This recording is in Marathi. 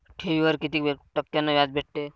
ठेवीवर कितीक टक्क्यान व्याज भेटते?